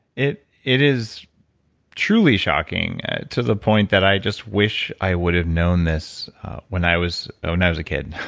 it it is truly shocking to the point that i just wish i would've known this when i was ah and i was a kid.